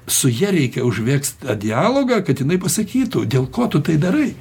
su ja reikia užmegzt dialogą kad jinai pasakytų dėl ko tu tai darai